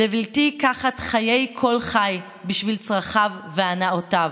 לבלתי קחת חיי כל חי, בשביל צרכיו והנאותיו".